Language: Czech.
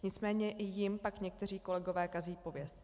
Nicméně i jim pak někteří kolegové kazí pověst.